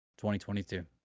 2022